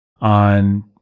on